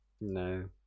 no